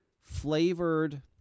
flavored